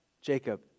Jacob